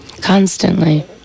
Constantly